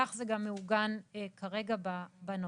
כך זה גם מעוגן כרגע בנוסח.